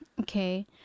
Okay